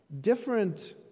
different